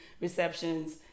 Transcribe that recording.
receptions